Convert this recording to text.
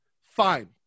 fine